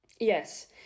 Yes